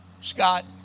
Scott